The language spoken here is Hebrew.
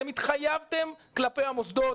אתם התחייבתם כלפי המוסדות,